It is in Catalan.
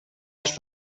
els